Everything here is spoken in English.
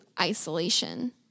isolation